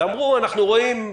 ואמרו: אנחנו רואים,